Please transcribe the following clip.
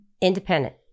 Independent